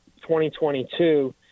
2022